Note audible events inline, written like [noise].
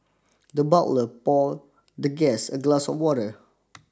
the butler pour the guest a glass of water [noise]